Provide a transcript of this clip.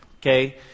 okay